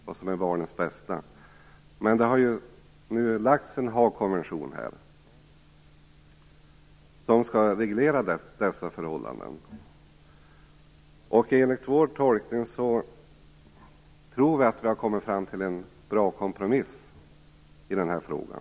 Nu finns Haagkonventionen som skall reglera dessa förhållanden, och enligt vår tolkning har vi troligen kommit fram till en bra kompromiss i den här frågan.